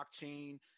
blockchain